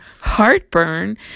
heartburn